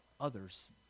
others